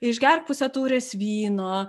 išgerk pusę taurės vyno